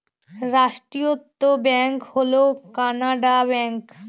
রাষ্ট্রায়ত্ত ব্যাঙ্ক হল কানাড়া ব্যাঙ্ক